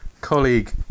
colleague